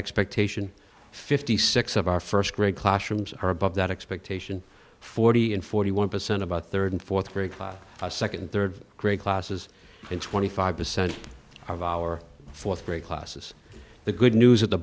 expectation fifty six of our first grade classrooms are above that expectation forty and forty one percent about third and fourth grade class second third grade classes in twenty five percent of our fourth grade classes the good news at the